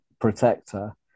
protector